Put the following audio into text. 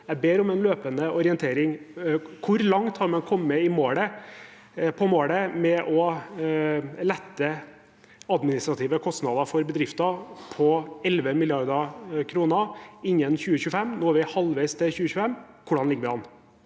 Jeg ber om en løpende orientering. Hvor langt har man kommet mot målet om å lette administrative kostnader for bedrifter på 11 mrd. kr innen 2025? Nå er vi halvveis til 2025. Hvordan ligger vi an?